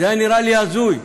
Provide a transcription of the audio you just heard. זה נראה לי הזוי.